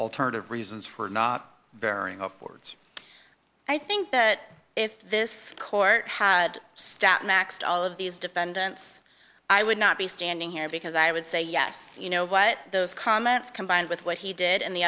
alternative reasons for not bearing upwards i think that if this court had stopped maxed all of these defendants i would not be standing here because i would say yes you know what those comments combined with what he did and the